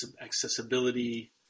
accessibility